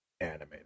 animated